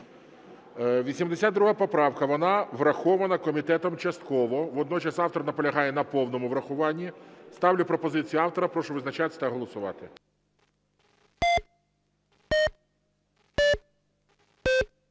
82 поправка. Вона врахована комітетом частково, водночас автор наполягає на повному врахуванні. Ставлю пропозицію автора. Прошу визначатися та голосувати.